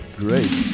great